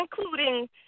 including